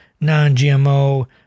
non-GMO